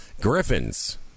griffins